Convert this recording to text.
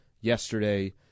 yesterday